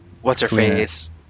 What's-her-face